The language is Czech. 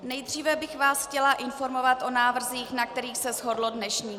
Nejdříve bych vás chtěla informovat o návrzích, na kterých se shodlo dnešní grémium.